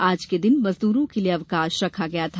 आज के दिन मजदूरों के लिए अवकाश रखा गया था